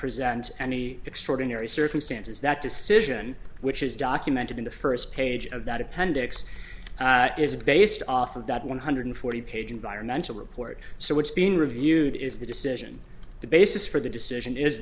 present any extraordinary circumstances that decision which is documented in the first page of that appendix is based off of that one hundred forty page environmental report so what's being reviewed is the decision the basis for the decision is